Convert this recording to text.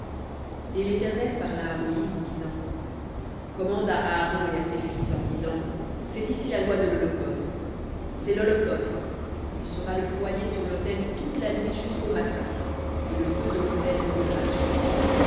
et l'éternel parla à moïse disant commande à aaron et à ses fils en disant c'est ici la loi de l'holocauste c'est l'holocauste il sera sur le foyer sur l'autel toute la nuit jusqu'au matin et le feu de l'autel brûlera sur lui